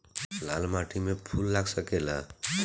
लाल माटी में फूल लाग सकेला?